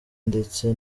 ndetse